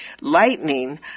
lightning